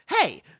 hey